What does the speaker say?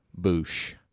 boosh